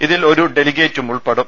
ഇതിൽ ഒരു ഡെലിഗേറ്റും ഉൾപ്പെടും